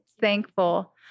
thankful